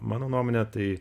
mano nuomone tai